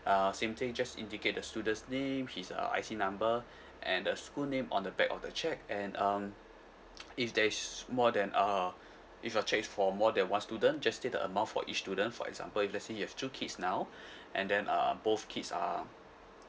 uh same thing just indicate the student's name his uh I_C number and the school name on the back of the cheque and um if there is more than uh if your cheque is for more than one student just state the amount for each student for example if let's say you have two kids now and then uh both kids are